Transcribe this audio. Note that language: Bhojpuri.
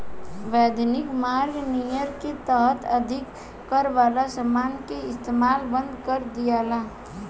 वैधानिक मार्ग नियर के तहत अधिक कर वाला समान के इस्तमाल बंद कर दियाला